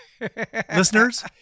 Listeners